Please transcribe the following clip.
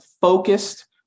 focused